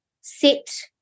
sit